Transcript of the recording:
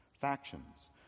Factions